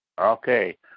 Okay